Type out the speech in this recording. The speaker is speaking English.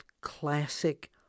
classic